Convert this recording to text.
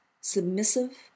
submissive